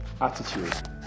attitude